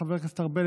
חבר הכנסת ארבל,